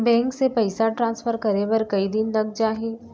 Bank से पइसा transfer करे बर कई दिन लग जाही?